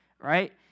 right